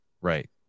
Right